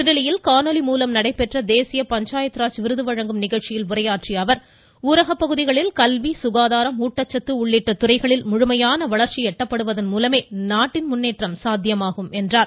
புதுதில்லியில் காணொலி மூலம் நடைபெற்ற தேசிய பஞ்சாயத்து ராஜ் விருது வழங்கும் நிகழ்ச்சியில் உரையாற்றிய அவர் ஊரகப் பகுதிகளில் கல்வி சுகாதாரம் ஊட்டச்சத்து உள்ளிட்ட துறைகளில் முழுமையான வளர்ச்சி எட்டப்படுவதன் மூலமே நாட்டின் முன்னேற்றம் சாத்தியம் என்றார்